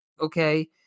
okay